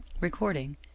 Recording